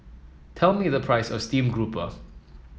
tell me the price of Steamed Grouper